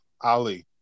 Ali